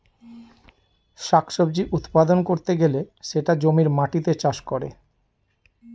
শাক সবজি উৎপাদন করতে গেলে সেটা জমির মাটিতে চাষ করে